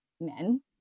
men